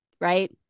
right